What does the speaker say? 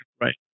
Right